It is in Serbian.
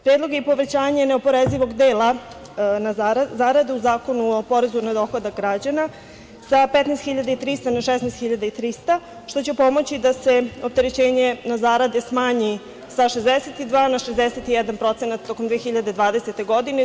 Predlog je i povećanje neoporezivog dela na zarade u Zakonu o porezu na dohodak građana sa 15.300 na 16.300, što će pomoći da se opterećenje na zarade smanji sa 62 na 61% tokom 2020. godine.